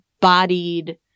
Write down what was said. bodied